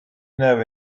know